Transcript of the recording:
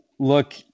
Look